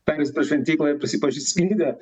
pereis per šventyklą ir prisipažins klydę